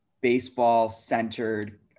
baseball-centered